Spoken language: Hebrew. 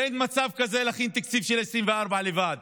ואין מצב כזה להכין תקציב של 2024 לבד,